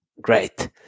great